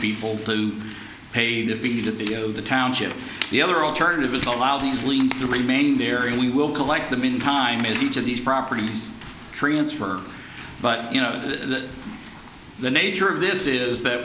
people to pay the video the township the other alternative is allowed to remain there and we will collect them in time is each of these properties transfer but you know that the nature of this is that